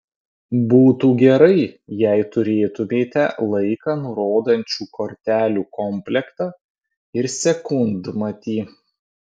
būtų gerai jei turėtumėte laiką nurodančių kortelių komplektą ir sekundmatį